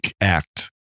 act